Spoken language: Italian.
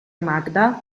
magda